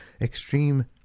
extreme